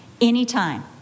anytime